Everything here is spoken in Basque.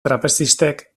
trapezistek